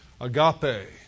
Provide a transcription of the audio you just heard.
Agape